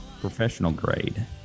professional-grade